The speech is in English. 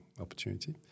opportunity